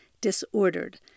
disordered